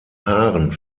haaren